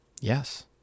Yes